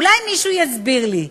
אולי מישהו יסביר לי?